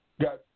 Got